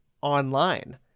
online